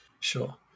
Sure